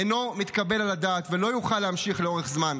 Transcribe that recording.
אינו מתקבל על הדעת ולא יוכל להמשיך לאורך זמן.